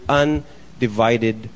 undivided